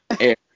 air